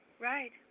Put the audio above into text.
right